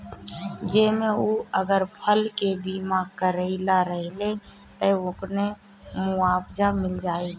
जेसे उ अगर फसल के बीमा करइले रहिये त उनके मुआवजा मिल जाइ